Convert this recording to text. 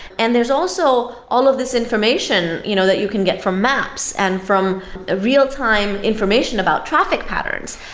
and there's also all of these information you know that you can get from maps and from a real-time information about traffic patterns.